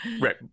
Right